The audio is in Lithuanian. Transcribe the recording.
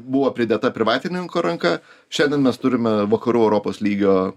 buvo pridėta privatininko ranka šiandien mes turime vakarų europos lygio